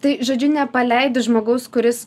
tai žodžiu nepaleidi žmogaus kuris